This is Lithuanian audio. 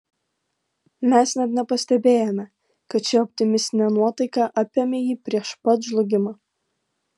mes net nepastebėjome kad ši optimistinė nuotaika apėmė jį prieš pat žlugimą